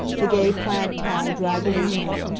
the gay plaid tie draggled and limp,